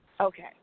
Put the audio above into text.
okay